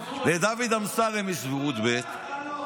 לדוד אמסלם יש סבירות ב' לצפונבון.